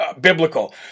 biblical